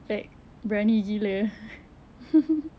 like berani gila